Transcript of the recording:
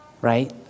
right